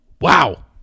Wow